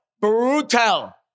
Brutal